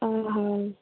ଅହ